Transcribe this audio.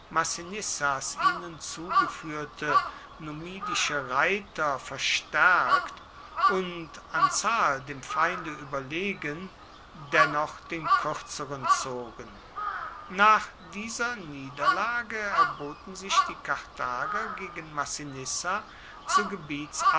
ihnen zugeführte numidische reiter verstärkt und an zahl dem feinde überlegen dennoch den kürzeren zogen nach dieser niederlage erboten sich die karthager gegen